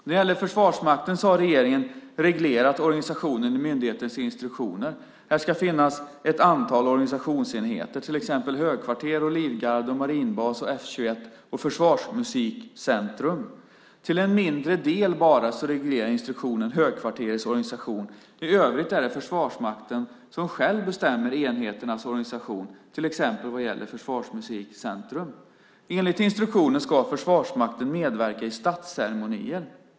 När det gäller Försvarsmakten har regeringen reglerat organisationen i myndighetens instruktioner. Här ska finnas ett antal organisationsenheter, till exempel högkvarter, livgarde, marinbas, F 21 och Försvarsmusikcentrum. Instruktionen reglerar till en mindre del Högkvarterets organisation. I övrigt är det Försvarsmakten som själv bestämmer enheternas organisation, till exempel vad gäller Försvarsmusikcentrum. Enligt instruktionen ska Försvarsmakten medverka i statsceremoniel.